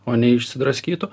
o neišsidraskytų